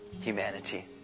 humanity